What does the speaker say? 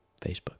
Facebook